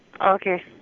Okay